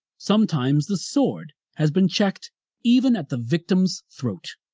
sometimes the sword has been checked even at the victim's throat.